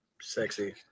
Sexy